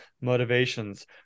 motivations